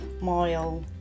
mile